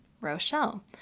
Rochelle